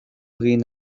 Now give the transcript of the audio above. egin